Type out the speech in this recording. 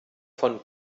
von